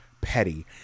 petty